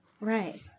Right